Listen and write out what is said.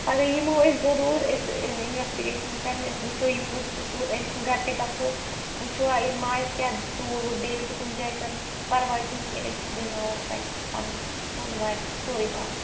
پگاہ یِمو أسۍ ضروٗر أسۍ اِنویٚسٹِگیٚشن کرنہِ أسۍ وٕچھو یہِ کُس چھُ ژوٗر أمۍ سُند گرٕ تہِ گژھو وٕچھو أمۍ ما آسہِ کیٚنہہ ژوٗر ووٗر بییہِ کہٕ تہِ کُنہِ جایہِ کرمٔژ پرواے چھُنہٕ کیٚنہہ أسۍ دیاناوَو تۄہہِ پٔنُن سۄن وارِ سورُے واپس